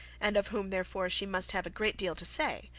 and of whom therefore she must have a great deal to say,